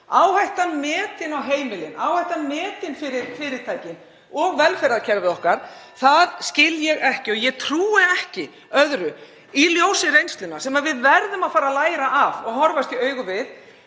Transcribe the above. áhættan metin fyrir heimilin, áhættan metin fyrir fyrirtækin og velferðarkerfið okkar. (Forseti hringir.) Það skil ég ekki. Ég trúi ekki öðru í ljósi reynslunnar, sem við verðum að fara að læra af og horfast í augu við,